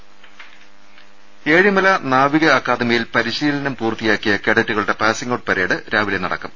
രുട്ട്ട്ട്ട്ട്ട്ട ഏഴിമല നാവിക അക്കാദമിയിൽ പരിശീലനം പൂർത്തിയാക്കിയ കേഡ റ്റുകളുടെ പാസിംഗ്ഔട്ട് പരേഡ് രാവിലെ നടക്കും